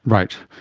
right.